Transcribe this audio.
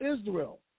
Israel